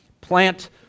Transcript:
plant